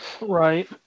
Right